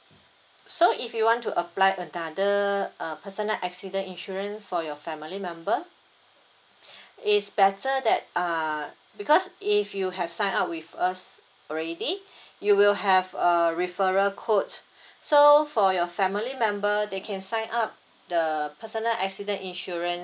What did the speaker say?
so if you want to apply another uh personal accident insurance for your family member it's better that uh because if you have sign up with us already you will have a referral code so for your family member they can sign up the personal accident insurance